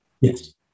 Yes